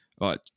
right